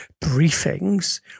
briefings